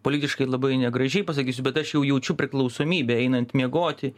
politiškai labai negražiai pasakysiu bet aš jau jaučiu priklausomybę einant miegoti